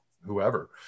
whoever